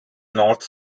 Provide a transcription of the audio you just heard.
north